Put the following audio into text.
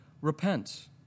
repent